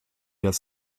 das